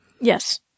Yes